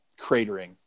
cratering